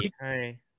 Hi